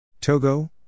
Togo